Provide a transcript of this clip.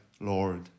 Lord